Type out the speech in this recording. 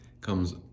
comes